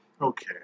Okay